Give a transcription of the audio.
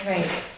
Right